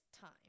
time